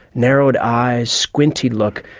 narrowed eyes squinty look,